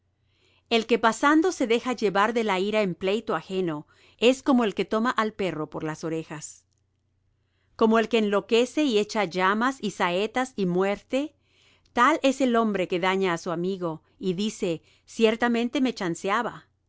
el que pasando se deja llevar de la ira en pleito ajeno es como el que toma al perro por las orejas como el que enloquece y echa llamas y saetas y muerte tal es el hombre que daña á su amigo y dice ciertamente me chanceaba